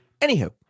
Anywho